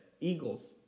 Eagles –